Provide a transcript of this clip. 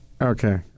Okay